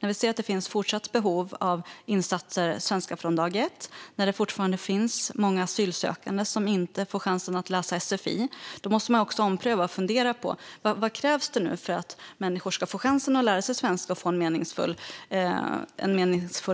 När vi ser att det fortfarande finns ett behov av insatser som Svenska från dag ett och att det fortfarande finns många asylsökande som inte får chansen att läsa sfi måste vi ompröva och fundera på vad som krävs för att människor ska få chansen att lära sig svenska och få en meningsfull